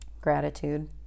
Gratitude